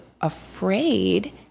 afraid